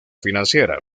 financiera